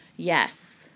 Yes